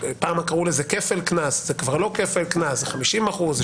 פעם קראו לזה כפל קנס אבל זה כבר לא כפל קנס אלא אלה 50 אחוזים,